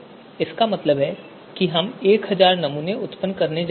इसका मतलब है कि हम 1000 नमूने उत्पन्न करने की योजना बना रहे हैं